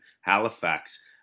Halifax